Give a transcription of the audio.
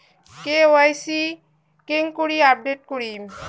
KYC কেঙ্গকরি update করিম?